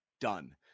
done